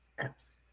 apps